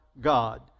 God